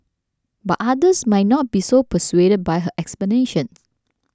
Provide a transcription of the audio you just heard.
but others might not be so persuaded by her explanation